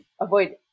avoid